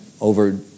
over